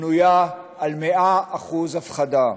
בנויה על מאה אחוז הפחדה,